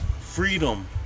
freedom